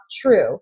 true